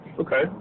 Okay